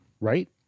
Right